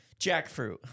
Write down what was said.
Jackfruit